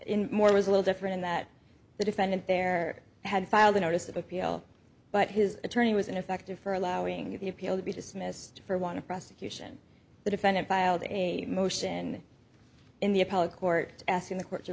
in more was a little different in that the defendant there had filed a notice of appeal but his attorney was ineffective for allowing the appeal to be dismissed for want of prosecution the defendant filed a motion in the appellate court asking the court to